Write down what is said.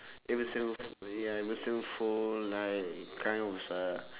avenged sevenf~ ya avenged sevenfold like kind of style